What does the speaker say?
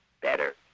better